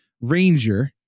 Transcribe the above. Ranger